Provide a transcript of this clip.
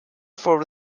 for